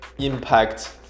Impact